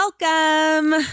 Welcome